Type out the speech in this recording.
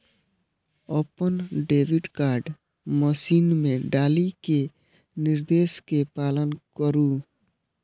अपन debit card machine मे डालि कें निर्देश के पालन करु